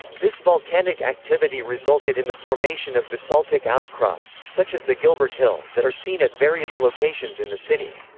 this volcanic activity resulted in the formation of basaltic outcrops, such as the gilbert hill, that are seen at various locations in the city.